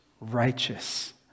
Righteous